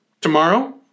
Tomorrow